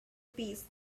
piece